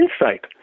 insight